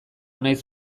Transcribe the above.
naiz